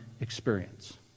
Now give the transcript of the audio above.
experience